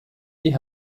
die